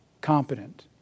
Competent